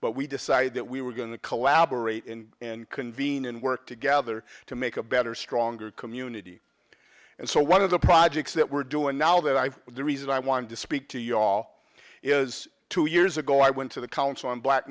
but we decided that we were going to collaborate in and convene and work together to make a better stronger community and so one of the projects that we're doing now that i have the reason i wanted to speak to y'all is two years ago i went to the council on black